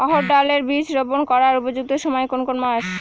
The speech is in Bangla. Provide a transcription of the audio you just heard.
অড়হড় ডাল এর বীজ রোপন করার উপযুক্ত সময় কোন কোন মাস?